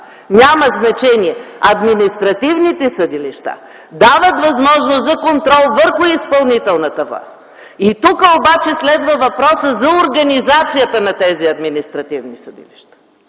Няма значение! Административните съдилища дават възможност за контрол върху изпълнителната власт. Тук обаче следва въпросът за организацията на административните съдилища.